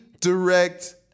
direct